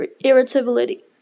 irritability